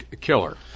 killer